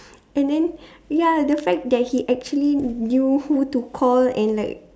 and then ya the fact that he actually knew who to call and like